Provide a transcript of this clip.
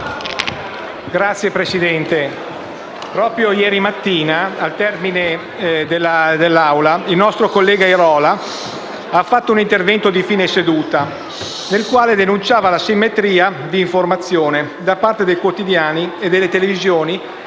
Signor Presidente, proprio ieri mattina, al termine dei lavori dell'Assemblea, il nostro collega Airola ha svolto un intervento di fine seduta nel quale denunciava l'asimmetria di informazione da parte dei quotidiani e delle televisioni